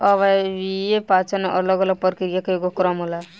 अव्ययीय पाचन अलग अलग प्रक्रिया के एगो क्रम होला